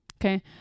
okay